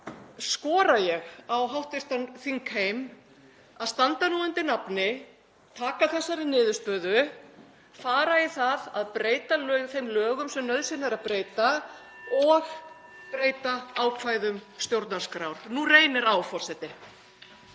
skora ég á hv. þingheim að standa undir nafni, taka þessari niðurstöðu og fara í það að breyta þeim lögum sem nauðsynlegt er að breyta og breyta ákvæðum stjórnarskrár. Nú reynir á, forseti.